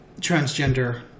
transgender